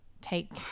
take